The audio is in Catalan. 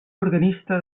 organista